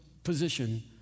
Position